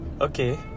okay